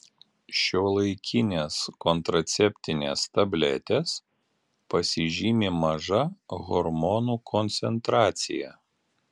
šiuolaikinės kontraceptinės tabletės pasižymi maža hormonų koncentracija